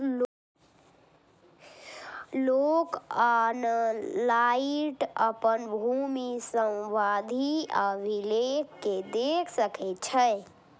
लोक ऑनलाइन अपन भूमि संबंधी अभिलेख कें देख सकै छै